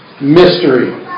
Mystery